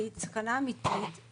יש פה סכנה אמיתית,